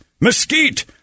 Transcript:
mesquite